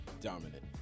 Dominant